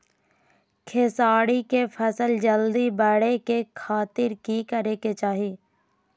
खेसारी के फसल जल्दी बड़े के खातिर की करे के चाही?